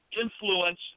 influence